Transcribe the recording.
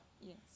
Yes